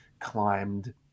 climbed